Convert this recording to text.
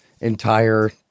entire